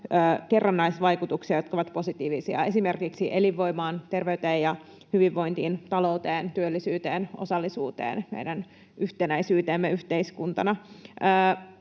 kerrannaisvaikutuksia, jotka ovat positiivisia, esimerkiksi elinvoimaan, terveyteen ja hyvinvointiin, talouteen, työllisyyteen, osallisuuteen, meidän yhtenäisyyteemme yhteiskuntana.